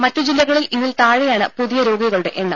മറ്റ് ജില്ലകളിൽ ഇതിൽ താഴെയാണ് പുതിയ രോഗികളുടെ എണ്ണം